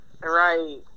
Right